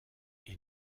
est